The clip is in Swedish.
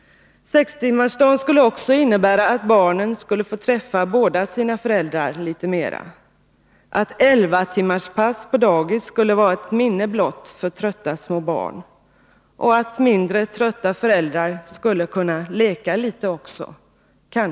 Sex timmars arbetsdag skulle också innebära att barnen skulle få träffa båda sina föräldrar litet mer, att elva timmars pass på dagis skulle vara ett minne blott för trötta små barn. Mindre trötta föräldrar skulle kunna leka litet också.